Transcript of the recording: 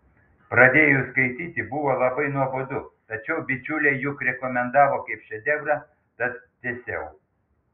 pradėjus skaityti buvo labai nuobodu tačiau bičiuliai juk rekomendavo kaip šedevrą tad tęsiau